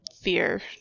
fear